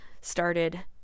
started